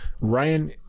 Ryan